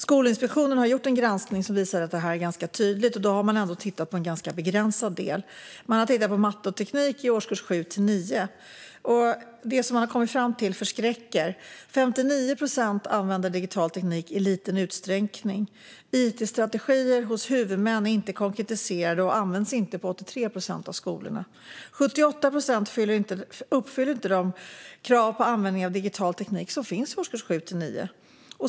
Skolinspektionen har gjort en granskning som visar det ganska tydligt, och då har man ändå tittat på en ganska begränsad del. Man har tittat på matte och teknik i årskurs 7-9. Det som man har kommit fram till förskräcker. Det är 59 procent som använder digital teknik i liten utsträckning. Itstrategier hos huvudmän är inte konkretiserade och används inte på 83 procent av skolorna. Det är 78 procent som inte uppfyller de krav på användning av digital teknik som finns i årskurs 7-9.